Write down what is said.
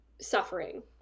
suffering